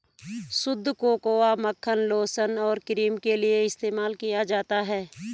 शुद्ध कोकोआ मक्खन लोशन और क्रीम के लिए इस्तेमाल किया जाता है